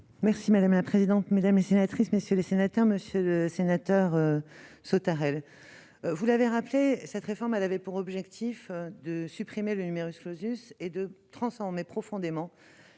Merci madame la présidente mesdames et sénatrices, messieurs les sénateurs, Monsieur le Sénateur Sauterel, vous l'avez rappelé cette réforme, elle avait pour objectif de supprimer le numerus clausus et de transformer profondément